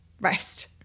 rest